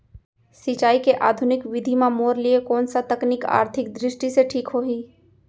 सिंचाई के आधुनिक विधि म मोर लिए कोन स तकनीक आर्थिक दृष्टि से ठीक होही?